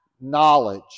knowledge